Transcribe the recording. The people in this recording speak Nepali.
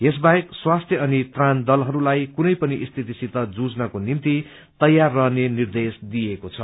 यस बाहेक स्वास्थ्य अनि त्राण दलहस्लाई पनि कुनै पनि स्थितिसित जुझनको निम्ति तैयार रहने निर्देश दिइएको छ